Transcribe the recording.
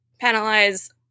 penalize